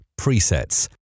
presets